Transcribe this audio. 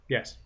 Yes